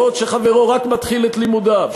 בעוד שחברו רק מתחיל את לימודיו.